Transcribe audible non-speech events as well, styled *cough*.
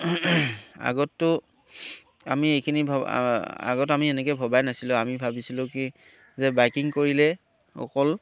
আগতটো আমি এইখিনি *unintelligible* আগত আমি এনেকে ভবাই নাছিলোঁ আমি ভাবিছিলোঁ কি যে বাইকিং কৰিলে অকল